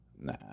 Nah